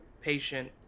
patient